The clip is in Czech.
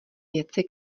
věci